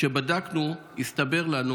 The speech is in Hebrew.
כשבדקנו, הסתבר לנו